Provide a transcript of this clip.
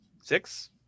six